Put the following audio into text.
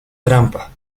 trampa